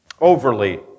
overly